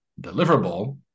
deliverable